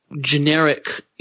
generic